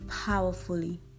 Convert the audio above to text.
powerfully